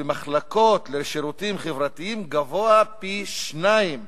במחלקות לשירותים חברתיים הוא פי-שניים,